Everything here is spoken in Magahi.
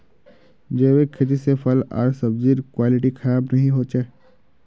जैविक खेती से फल आर सब्जिर क्वालिटी खराब नहीं हो छे